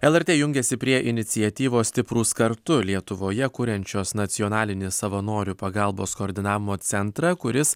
lrt jungiasi prie iniciatyvos stiprūs kartu lietuvoje kuriančios nacionalinį savanorių pagalbos koordinavimo centrą kuris